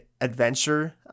adventure